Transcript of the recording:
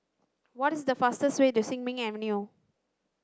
what is the fastest way to Sin Ming Avenue